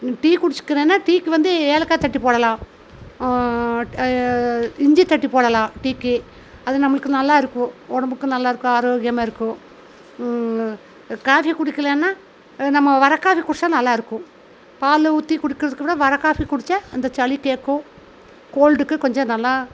tea குடிச்சிகறன்னா டீக்கு வந்து ஏலக்காய் தட்டி போடலாம் இஞ்சி தட்டி போடலாம் டீக்கு அது நம்மளுக்கு நல்லாயிருக்கும் உடம்புக்கும் நல்லாயிருக்கும் ஆரோக்கியமாக இருக்கும் காஃபி குடிக்கலன்னா அது நம்ம வர காஃபி குடிச்சால் நல்லாயிருக்கும் பால் ஊற்றி குடிக்கிறதுக்கூட வர காஃபி குடிச்சால் அந்த சளி கேட்கும் கோல்டுக்கு கொஞ்சம் நல்லா